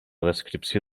descripció